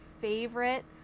favorite